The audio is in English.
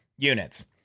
units